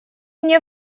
мне